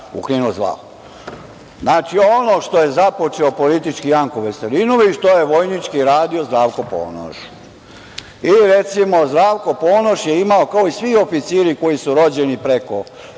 Znači, ono što je započeo politički Janko Veselinović, to je vojnički radio Zdravko Ponoš. Recimo, Zdravko Ponoš je imao, kao i svi oficiri koji su rođeni preko,